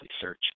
search